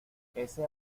ese